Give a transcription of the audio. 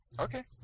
Okay